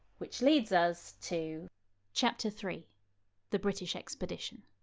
which leads us to chapter three the british expedition